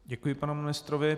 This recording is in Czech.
Děkuji panu ministrovi.